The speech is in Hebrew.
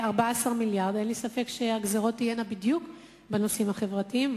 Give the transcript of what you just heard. אין לי ספק שהגזירות תהיינה בדיוק בנושאים החברתיים,